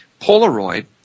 Polaroid